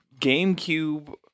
GameCube